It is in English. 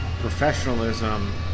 professionalism